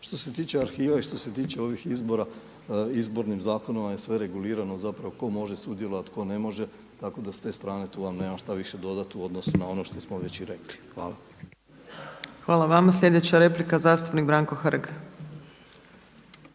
Što se tiče arhive i što se tiče ovih izbora, Izbornim zakonom je sve regulirano tko može sudjelovati, tko ne može tako da s te strane tu vam nemam šta više dodati u odnosu na ono što smo već i rekli. Hvala. **Opačić, Milanka (SDP)** Hvala vama. Sljedeća replika zastupnik Branko Hrg.